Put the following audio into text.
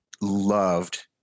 loved